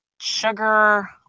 sugar